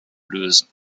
lösen